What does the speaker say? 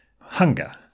hunger